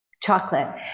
chocolate